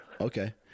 Okay